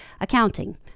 accounting